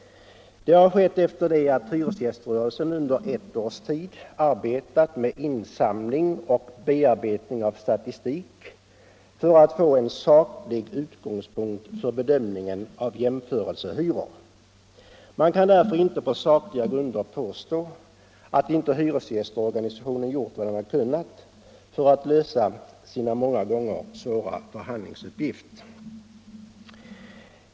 Det har skett efter det att hyresgäströrelsen under ett års tid samlat in och bearbetat statistik för att få en saklig grund för bedömningen av jämförelsehyror. Man kan därför inte på sakliga grunder påstå att hyresgästorganisationen inte gjort vad den kunnat för att lösa sina många gånger svåra förhandlingsuppgifter.